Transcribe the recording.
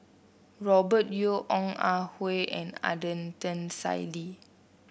Robert Yeo Ong Ah Hoi and Adnan Saidi